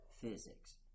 physics